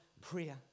prayer